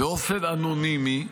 באופן אנונימי,